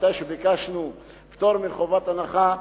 תמיד כשביקשנו פטור מחובת הנחה,